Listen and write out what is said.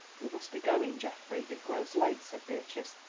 we must be going, geoffrey it grows late, said beatrice.